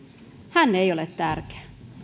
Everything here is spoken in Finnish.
hän ei ole tärkeä